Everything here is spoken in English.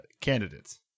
candidates